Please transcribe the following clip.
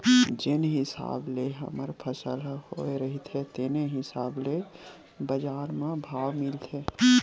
जेन हिसाब ले हमर फसल ह होए रहिथे तेने हिसाब ले बजार म भाव मिलथे